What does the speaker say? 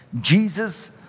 Jesus